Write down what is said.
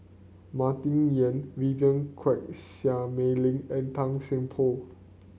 Martin Yan Vivien Quahe Seah Mei Lin and Tan Seng Poh